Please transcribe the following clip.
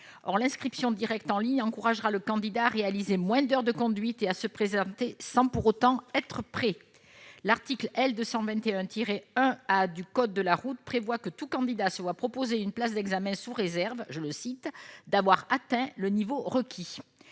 Or l'inscription directe en ligne encouragera le candidat à réaliser moins d'heures de conduite et à se présenter sans pour autant être prêt. L'article L. 221-1 A du code de la route prévoit que tout candidat se voit proposer une place d'examen sous réserve « d'avoir atteint le niveau requis